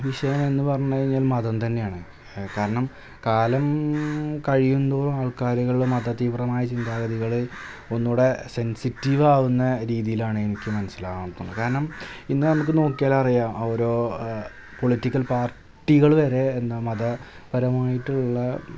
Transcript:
വിഷയം എന്നു പറഞ്ഞാൽ മതം തന്നെയാണ് കാരണം കാലം കഴിയും തോറും ആൾക്കാരുകൾ മതതീവ്രമായ ചിന്താഗതികൾ ഒന്നുകൂടി സെൻസിറ്റീവാകുന്ന രീതിലാണെനിക്ക് മനസ്സിലാക്കാൻ പറ്റുന്നത് കാരണം ഇന്ന് നമുക്ക് നോക്കിയാലറിയാം ഓരോ പൊളിറ്റിക്കൽ പാർട്ടികൾ വരെ എന്താ മതപരമായിട്ടുള്ള